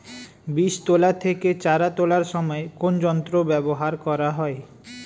বীজ তোলা থেকে চারা তোলার সময় কোন যন্ত্র ব্যবহার করা হয়?